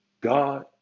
God